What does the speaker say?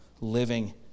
living